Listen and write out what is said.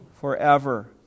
forever